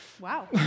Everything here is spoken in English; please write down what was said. Wow